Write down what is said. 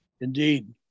Indeed